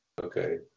okay